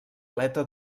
aleta